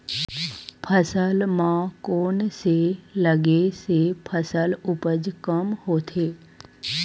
फसल म कोन से लगे से फसल उपज कम होथे?